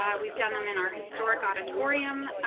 um we've done them in our historic auditorium.